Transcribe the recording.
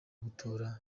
gutora